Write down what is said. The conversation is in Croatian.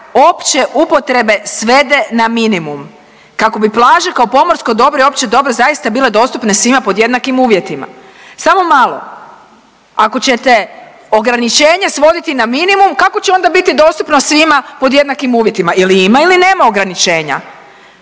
opće upotrebe svede na minimum, kako bi plaže kao pomorsko dobro i opće dobro zaista bile dostupne svima pod jednakim uvjetima. Samo malo. Ako ćete ograničenje svoditi na minimum, kako će onda biti dostupno svima pod jednakim uvjetima? Ili ima ili nema ograničenja.